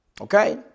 okay